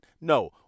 No